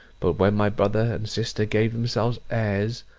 but when my brother and sister gave themselves airs,